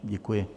Děkuji.